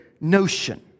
notion